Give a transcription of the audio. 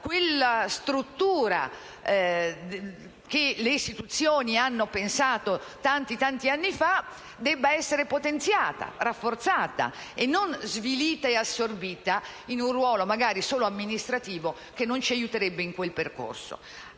quella struttura che le istituzioni hanno pensato tanti, tanti anni fa debba essere potenziata e rafforzata, non svilita ed assorbita in un ruolo magari solo amministrativo, che non ci aiuterebbe in quel percorso.